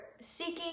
seeking